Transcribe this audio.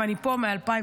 ואני פה מ-2015,